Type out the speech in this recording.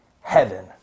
heaven